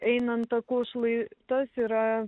einant taku šlai tas yra